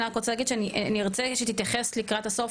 אני רוצה להגיד שאני ארצה שתתייחס לקראת הסוף